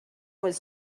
was